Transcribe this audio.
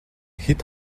хэд